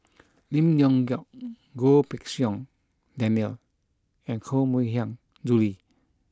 Lim Leong Geok Goh Pei Siong Daniel and Koh Mui Hiang Julie